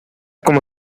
como